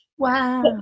Wow